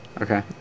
Okay